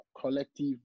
collective